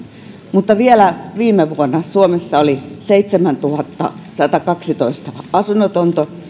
mutta vielä viime vuonna suomessa oli seitsemäntuhattasatakaksitoista asunnotonta